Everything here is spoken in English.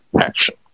action